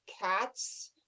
cats